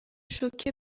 شوکه